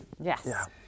Yes